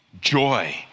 joy